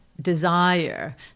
desire